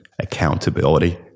accountability